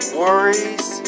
worries